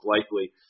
likely